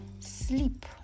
sleep